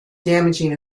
damaging